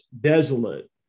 desolate